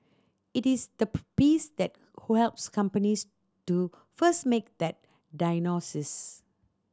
it is the piece that helps companies to first make that diagnosis